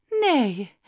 Nay